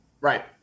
right